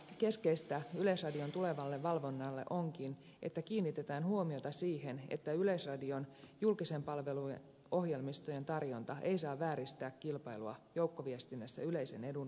keskeistä yleisradion tulevalle valvonnalle onkin että kiinnitetään huomiota siihen että yleisradion julkisen palvelun ohjelmistojen tarjonta ei saa vääristää kilpailua joukkoviestinnässä yleisen edun vastaisesti